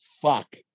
fuck